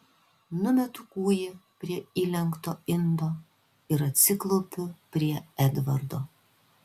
numetu kūjį prie įlenkto indo ir atsiklaupiu prie edvardo